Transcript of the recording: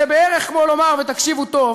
זה בערך כמו לומר, ותקשיבו טוב,